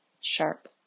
sharp